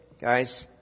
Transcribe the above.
Guys